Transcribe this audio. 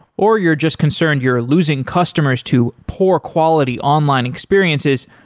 or you're just concerned, you're losing customers to poor quality online experiences,